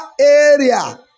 area